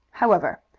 however,